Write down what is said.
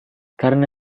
karena